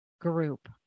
group